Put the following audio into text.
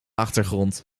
achtergrond